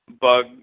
Bug